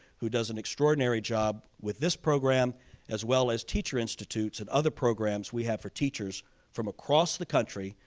who does an extraordinary job with this program as well as teacher institutes and other programs we have for teachers from across the country,